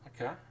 Okay